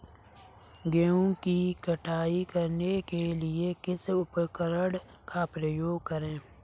गेहूँ की कटाई करने के लिए किस उपकरण का उपयोग करें?